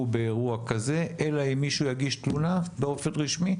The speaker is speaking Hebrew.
באירוע כזה אלא אם מישהו יגיש תלונה באופן רשמי?